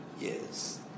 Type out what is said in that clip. Yes